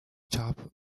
top